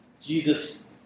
Jesus